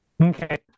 Okay